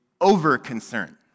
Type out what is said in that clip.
over-concern